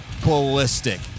ballistic